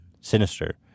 sinister